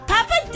Papa